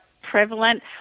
prevalent